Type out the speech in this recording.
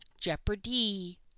jeopardy